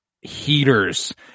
heaters